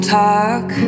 talk